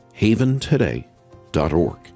HavenToday.org